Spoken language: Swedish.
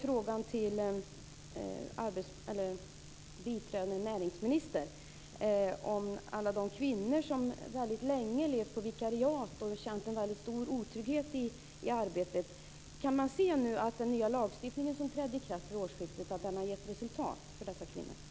Frågan till biträdande näringsministern gäller alla de kvinnor som länge har levt på vikariat och känt en stor otrygghet i arbetet. Kan man se att den nya lagstiftning som trädde i kraft vid årsskiftet har gett resultat när det gäller dessa kvinnor?